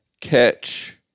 catch